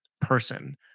person